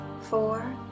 four